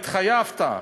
התחייבת.